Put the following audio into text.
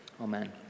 Amen